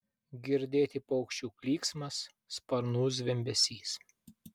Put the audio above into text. girdėti paukščių klyksmas sparnų zvimbesys